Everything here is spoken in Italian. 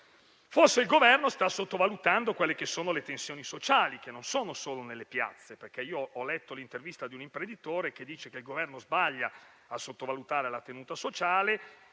Forse il Governo sta sottovalutando le tensioni sociali, che non sono solo nelle piazze: ho letto l'intervista a un imprenditore, secondo cui il Governo sbaglia a sottovalutare la tenuta sociale,